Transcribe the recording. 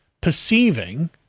perceiving